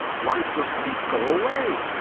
why doesn't he go away?